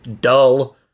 Dull